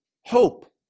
hope